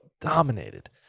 dominated